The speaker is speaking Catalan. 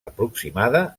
aproximada